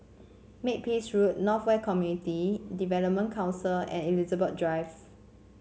Makepeace Road North West Community Development Council and Elizabeth Drive